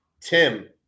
Tim